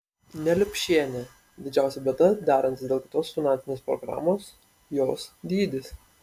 neliupšienė didžiausia bėda derantis dėl kitos finansinės programos jos dydis